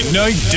night